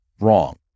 wrong